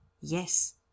Yes